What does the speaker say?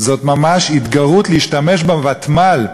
זו ממש התגרות להשתמש בוותמ"ל,